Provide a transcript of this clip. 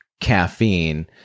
caffeine